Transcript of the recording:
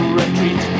retreat